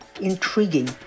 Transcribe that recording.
intriguing